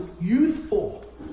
youthful